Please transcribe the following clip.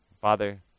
Father